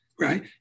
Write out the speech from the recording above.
right